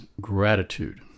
gratitude